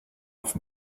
with